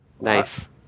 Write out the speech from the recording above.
Nice